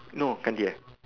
no 干爹